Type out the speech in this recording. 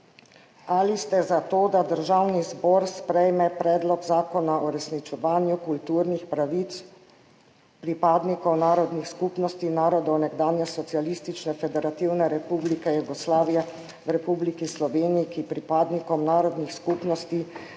»Ali ste za to, da Državni zbor sprejme Predlog zakona o uresničevanju kulturnih pravic pripadnikov narodnih skupnosti narodov nekdanje Socialistične federativne republike Jugoslavije v Republiki Sloveniji, ki pripadnikom narodnih skupnosti